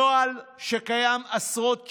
נוהל שקיים עשרות שנים,